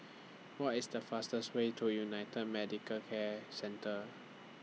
What IS The fastest Way to United Medical Care Centre